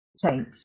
change